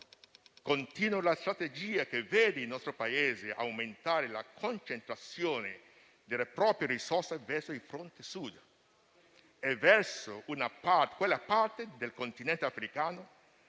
Continua la strategia che vede il nostro Paese aumentare la concentrazione delle proprie risorse verso il fronte Sud e verso quella parte del continente africano